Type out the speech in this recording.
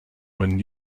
when